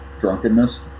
drunkenness